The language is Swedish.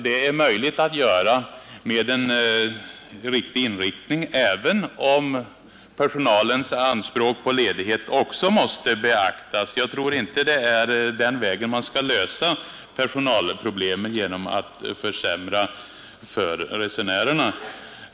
Det är möjligt att göra med en riktig inriktning, även om personalens anspråk på ledighet också måste beaktas. Jag tror inte att det är genom att försämra servicen för resenärerna man skall lösa personalproblemen.